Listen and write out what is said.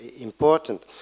important